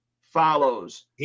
follows